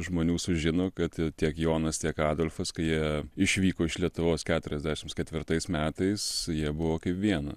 žmonių sužino kad tiek jonas tiek adolfas kai jie išvyko iš lietuvos keturiasdešimt ketvirtais metais jie buvo kaip viena